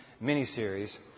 mini-series